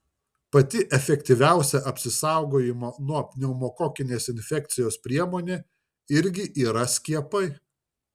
pati efektyviausia apsisaugojimo nuo pneumokokinės infekcijos priemonė irgi yra skiepai